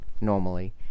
normally